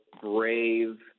brave